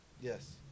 Yes